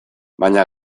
baina